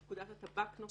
פקודת הטבק ;